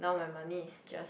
now my money is just